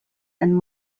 and